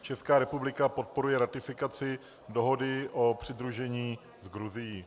Česká republika podporuje ratifikaci dohody o přidružení s Gruzií.